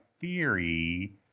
theory